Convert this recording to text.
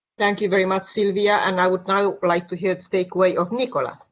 thank you very much sylwia, and i would now like to hear the takeaway of nicholas.